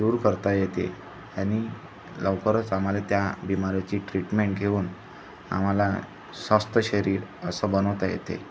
दूर करता येते आणि लवकरच आम्हाला त्या बिमाऱ्याची ट्रीटमेंट घेऊन आम्हाला स्वस्थ शरीर असं बनवता येते